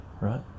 right